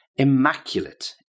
Immaculate